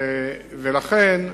לכן,